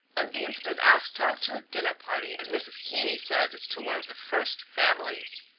undine's been asked out to a dinner-party and mrs. heeny says it's to one of the first families.